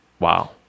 Wow